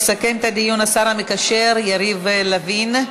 יסכם את הדיון השר המקשר יריב לוין.